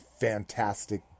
Fantastic